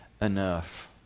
enough